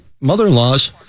mother-in-law's